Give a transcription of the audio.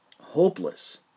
hopeless